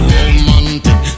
Romantic